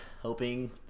hoping